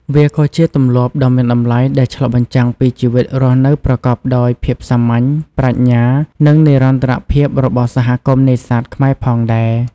វាក៏ជាទម្លាប់ដ៏មានតម្លៃដែលឆ្លុះបញ្ចាំងពីជីវិតរស់នៅប្រកបដោយភាពសាមញ្ញ ប្រាជ្ញា និងនិរន្តរភាពរបស់សហគមន៍នេសាទខ្មែរផងដែរ។